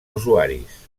usuaris